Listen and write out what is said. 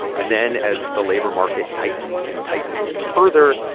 and then, as the labor market tightened and tightened even further,